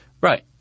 right